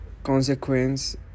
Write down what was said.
Consequence